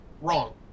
wrong